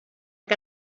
que